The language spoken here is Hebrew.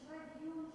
גורפת